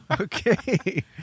okay